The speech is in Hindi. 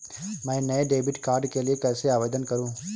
मैं नए डेबिट कार्ड के लिए कैसे आवेदन करूं?